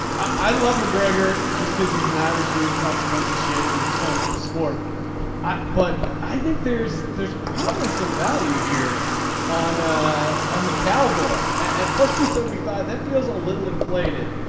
i love mcgregor just because he's an average student talks a bunch of shit and it's fun for the sport but i think there's there's probably some value here on ah on the cowboy at plus the seventy five that feels a little inflated.